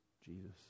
Jesus